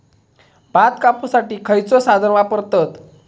भात कापुसाठी खैयचो साधन वापरतत?